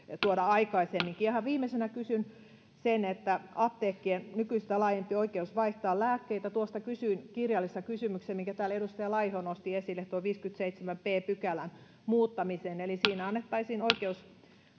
tuoda aikaisemminkin ihan viimeisenä kysyn apteekkien nykyistä laajemmasta oikeudesta vaihtaa lääkkeitä tuosta kysyin kirjallisessa kysymyksessä minkä täällä edustaja laiho nosti esille viidennenkymmenennenseitsemännen b pykälän muuttamisen siinä annettaisiin oikeus